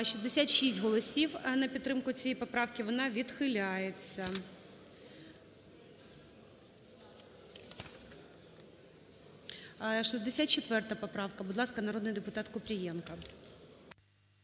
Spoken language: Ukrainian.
66 голосів на підтримку цієї поправки, вона відхиляється. 64 поправка, будь ласка, народний депутатКупрієнко.